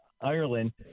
ireland